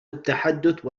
التحدث